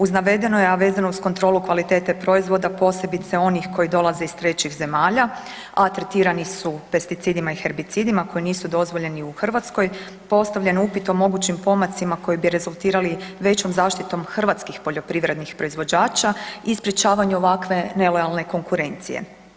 Uz navedeno je, a vezano uz kontrolu kvalitete proizvoda, posebice onih koji dolaze iz trećih zemalja, a tretirani su pesticidima i herbicidima koji nisu dozvoljeni u Hrvatskoj, postavljen upit o mogućim pomacima koji bi rezultirali većom zaštitom hrvatskih poljoprivrednih proizvođača i sprječavanju ovakve nelojalne konkurencije.